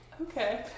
Okay